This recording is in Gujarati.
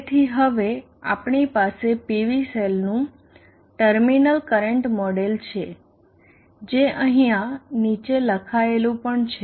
તેથી હવે આપણી પાસે PV સેલનું ટર્મિનલ કરંટ મોડેલ છે જે અહિંયા નીચે લખાયેલું પણ છે